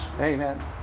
Amen